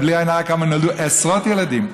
בלי עין הרע, נולדו עשרות ילדים.